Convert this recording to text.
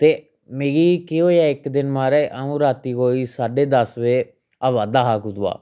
में मिगी केह् होएआ इक दिन महाराज आ'ऊं राती कोई साड्ढे दस बजे आवा दा हा कुदुआं